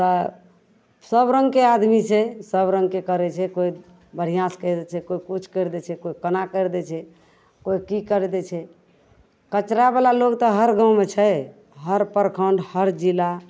तऽ सब रङ्गके आदमी छै सब रङ्गके करै छै कोइ बढ़िआँसे करि दै छै कोइ किछु करि दै छै कोइ कोना करि दै छै कोइ कि करि दै छै कचरावला लोक तऽ हर गाममे छै हर प्रखण्ड हर जिला